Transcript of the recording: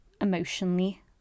emotionally